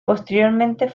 posteriormente